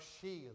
shield